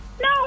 No